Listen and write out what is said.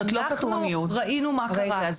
'אנחנו ראינו מה קרה' --- רגע,